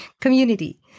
community